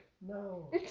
No